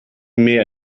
mehr